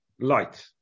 light